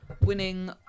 winning